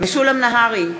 משולם נהרי,